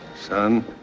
son